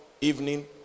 evening